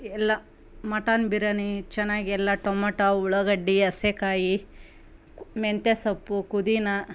ಎಲ್ಲ ಮಟನ್ ಬಿರ್ಯಾನಿ ಚೆನ್ನಾಗಿ ಎಲ್ಲ ಟೊಮಟೊ ಉಳ್ಳಾಗಡ್ಡಿ ಹಸೆಕಾಯಿ ಮೆಂತ್ಯೆ ಸೊಪ್ಪು ಪುದಿನ